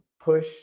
push